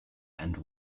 and